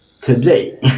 today